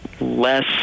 less